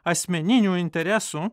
asmeninių interesų